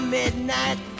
Midnight